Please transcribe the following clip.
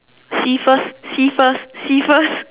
see first see first see first